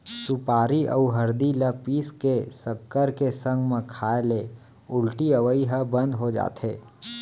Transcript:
सुपारी अउ हरदी ल पीस के सक्कर के संग म खाए ले उल्टी अवई ह बंद हो जाथे